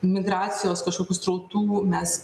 migracijos kažkokių srautų mes